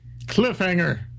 cliffhanger